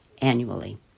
annually